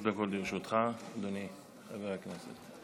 שלוש דקות לרשותך, אדוני חבר הכנסת.